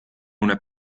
una